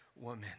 woman